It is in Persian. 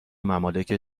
ممالک